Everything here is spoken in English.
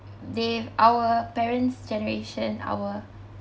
they our parents' generation our